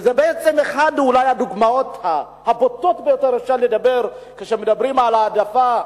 זו אחת הדוגמאות הבוטות ביותר שאפשר לדבר עליהן כאשר מדברים על העדפה,